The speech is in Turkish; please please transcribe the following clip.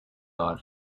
var